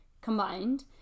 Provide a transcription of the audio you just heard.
combined